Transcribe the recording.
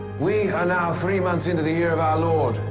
we are now three months into the year of our lord,